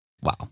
Wow